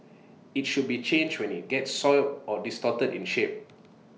IT should be changed when IT gets soiled or distorted in shape